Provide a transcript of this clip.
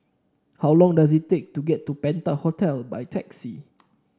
how long does it take to get to Penta Hotel by taxi